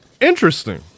Interesting